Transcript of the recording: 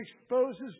exposes